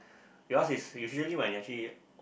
yours is when you actually